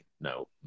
No